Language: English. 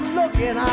looking